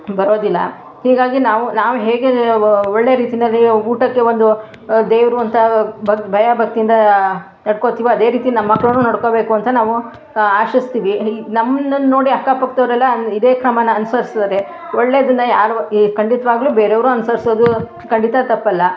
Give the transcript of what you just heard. ಬರೋದಿಲ್ಲ ಹೀಗಾಗಿ ನಾವು ನಾವು ಹೇಗೆ ಒಳ್ಳೆಯ ರೀತಿಯಲ್ಲಿ ಊಟಕ್ಕೆ ಒಂದು ದೇವರು ಅಂತ ಭಯ ಭಕ್ತಿಯಿಂದ ನಡ್ಕೊತೀವೋ ಅದೇ ರೀತಿ ನಮ್ಮ ಮಕ್ಳುನೂ ನಡ್ಕೋಬೇಕು ಅಂತ ನಾವು ಆಶಿಸ್ತೀವಿ ನಮ್ಮನ್ನು ನೋಡಿ ಅಕ್ಕ ಪಕ್ಕದವ್ರೆಲ್ಲ ಇದೆ ಕ್ರಮನ ಅನುಸರ್ಸಿದ್ರೆ ಒಳ್ಳೆಯದನ್ನು ಯಾರು ಈ ಖಂಡಿತ್ವಾಗಲೂ ಬೇರೆಯವ್ರು ಅನುಸರ್ಸೋದು ಖಂಡಿತ ತಪ್ಪಲ್ಲ